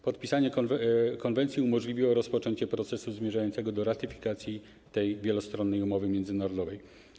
Popisanie konwencji umożliwiło rozpoczęcie procesu zmierzającego do ratyfikacji tej wielostronnej umowy międzynarodowej.